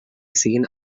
siguin